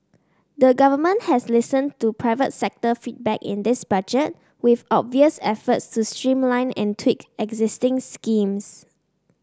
the Government has listened to private sector feedback in this Budget with obvious efforts to streamline and tweak existing schemes